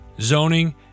zoning